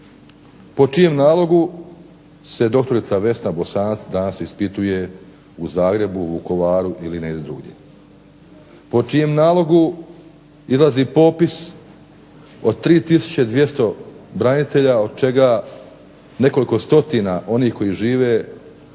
po čijem nalogu se doktorica Vesna Bosanac danas ispituje u Zagrebu, Vukovaru ili negdje drugdje, po čijem nalogu izlazi popis od 3 tisuće 200 branitelja, od čega nekoliko stotina onih koji žive,